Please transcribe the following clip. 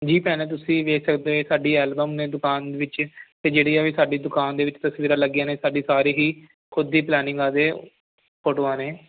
ਜੀ ਭੈਣੇ ਤੁਸੀਂ ਵੇਖ ਸਕਦੇ ਹੋ ਸਾਡੀ ਐਲਬਮ ਨੇ ਦੁਕਾਨ ਵਿੱਚ ਅਤੇ ਜਿਹੜੀਆਂ ਵੀ ਸਾਡੀ ਦੁਕਾਨ ਦੇ ਵਿੱਚ ਤਸਵੀਰਾਂ ਲੱਗੀਆਂ ਨੇ ਸਾਡੀ ਸਾਰੀ ਹੀ ਖੁਦ ਦੀ ਪਲੈਨਿੰਗਾਂ ਦੇ ਫੋਟੋਆਂ ਨੇ